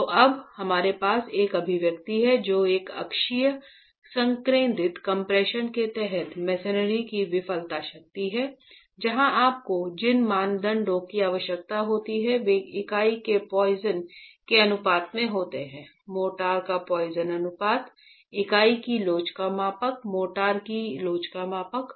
तो अब हमारे पास एक अभिव्यक्ति है जो एक अक्षीय संकेंद्रित कम्प्रेशन के तहत मेसेनरी की विफलता शक्ति है जहां आपको जिन मानदंडों की आवश्यकता होती है वे इकाई के पॉइसन के अनुपात में होते हैं मोर्टार का पॉइसन अनुपात इकाई की लोच का मापांक मोर्टार की लोच का मापांक